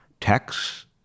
texts